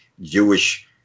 Jewish